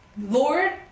Lord